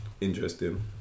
Interesting